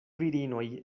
virinoj